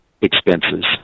expenses